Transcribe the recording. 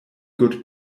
good